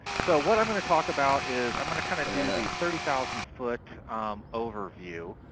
so what i'm going to talk about is i'm going to kind of do the thirty thousand foot overview,